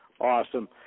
awesome